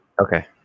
Okay